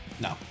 No